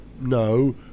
no